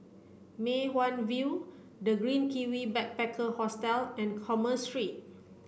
Mei Hwan View The Green Kiwi Backpacker Hostel and Commerce Street